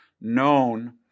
known